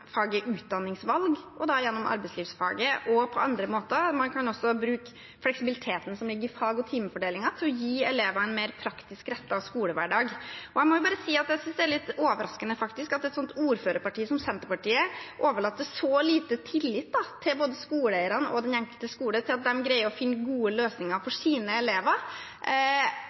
utdanningsvalg, gjennom arbeidslivsfaget og på andre måter. Man kan også bruke fleksibiliteten som ligger i fag- og timefordelingen til å gi elevene en mer praktisk rettet skolehverdag. Og jeg må jo bare si at jeg synes det er litt overraskende at et ordførerparti som Senterpartiet overlater så lite tillit til både skoleeierne og den enkelte skole med hensyn til at de greier å finne gode løsninger for sine elever.